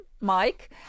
Mike